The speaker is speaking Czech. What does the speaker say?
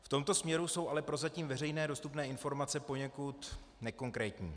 V tomto směru jsou ale prozatím veřejné dostupné informace poněkud nekonkrétní.